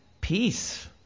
peace